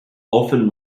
often